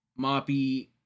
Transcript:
Moppy